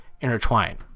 intertwine